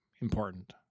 important